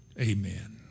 Amen